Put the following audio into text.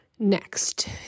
Next